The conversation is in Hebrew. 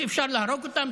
שאפשר להרוג אותם,